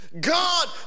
God